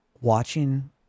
watching